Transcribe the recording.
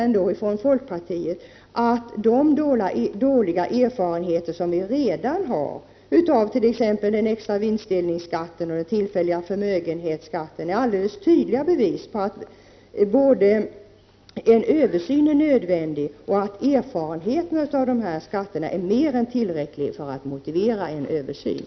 Vi i folkpartiet tycker att de dåliga erfarenheter som redan finns av t.ex. den extra vinstdelningsskatten och den tillfälliga förmögenhetsskatten, är tydliga bevis på både att en översyn är nödvändig och att erfarenheterna av dessa skatter är mer än tillräckliga för att motivera en översyn.